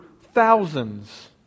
thousands